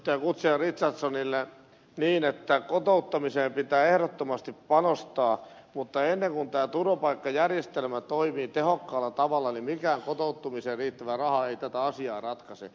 guzenina richardsonille niin että kotouttamiseen pitää ehdottomasti panostaa mutta ennen kuin tämä turvapaikkajärjestelmä toimii tehokkaalla tavalla niin mikään kotouttamiseen liittyvä raha ei tätä asiaa ratkaise